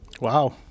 Wow